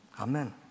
Amen